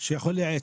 שיכול לייעץ?